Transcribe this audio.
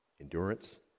endurance